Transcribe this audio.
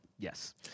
Yes